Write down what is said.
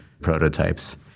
prototypes